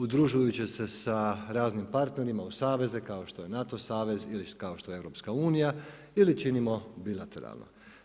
Udružujući se sa raznim partnerima u saveze kao što je NATO savez ili kao što je EU ili činimo bilateralno.